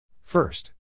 First